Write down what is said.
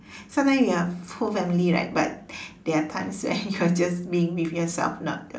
sometimes you have whole family right but there are times when you are just being with yourself not the